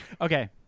Okay